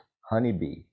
honeybee